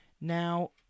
Now